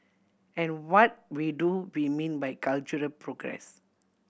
and what we do be mean by cultural progress